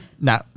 No